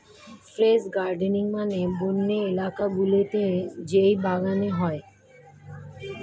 forest gardening মানে বন্য এলাকা গুলোতে যেই বাগান হয়